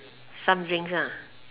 some drinks ah